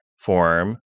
form